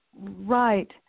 Right